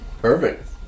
Perfect